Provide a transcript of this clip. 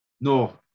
no